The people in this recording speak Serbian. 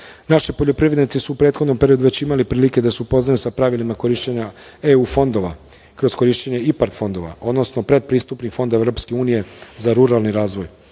poljoprivrednici su u prethodnom periodu već imali prilike da se upoznaju sa pravilima korišćenja EU fondova, kroz korišćenje IPARD fondova, odnosno pretpristupnih fondova EU za ruralni razvoj.